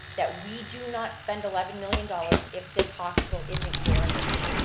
that we do not spend eleven million dollars if this hospital isn't guaranteed.